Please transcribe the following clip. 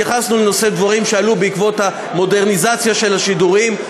התייחסנו לדברים שעלו בעקבות המודרניזציה של השידורים,